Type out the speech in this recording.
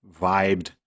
vibed